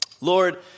Lord